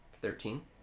Thirteen